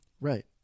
Right